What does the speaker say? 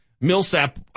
Millsap